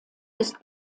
ist